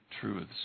truths